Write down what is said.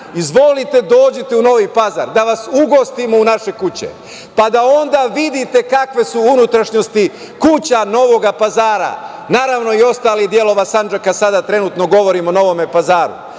izvolite, dođite u Novi Pazar da vas ugostimo u naše kuće, pa da onda vidite kakve su unutrašnjosti kuća Novoga Pazara, naravno i ostalih delova Sandžaka sada trenutno govorimo o Novome Pazaru.